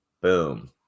boom